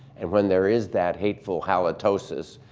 and when there is that hateful halitosis,